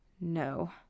No